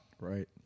Right